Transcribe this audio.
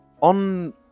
on